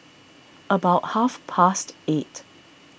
about half past eight